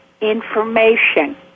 information